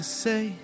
say